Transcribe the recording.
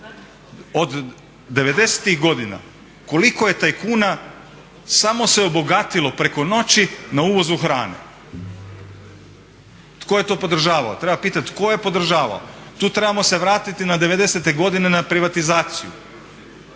godina koliko je tajkuna samo se obogatilo preko noći na uvozu hrane. Treba pitati tko je to podržavao. Tu trebamo se vratiti na devedesete godine na privatizaciju,